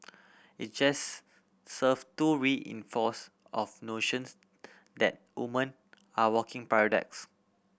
it just serve to reinforce of notions that woman are walking paradoxes